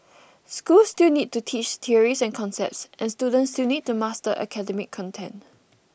schools still need to teach theories and concepts and students still need to master academic content